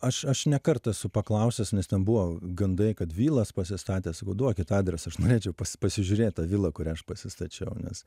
aš aš ne kartą esu paklausęs nes ten buvo gandai kad vilas pasistatę sakau duokit adresą aš norėčiau pas pasižiūrėt tą vilą kurią aš pasistačiau nes